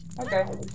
okay